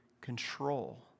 control